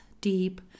deep